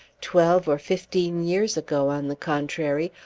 twelve or fifteen years ago, on the contrary,